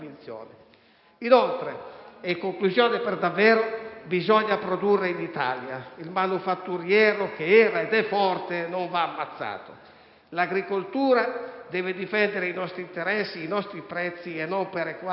In conclusione, bisogna produrre in Italia: il manufatturiero, che era ed è forte, non va ammazzato; l'agricoltura deve difendere i nostri interessi, i nostri prezzi e non perequare ad Est;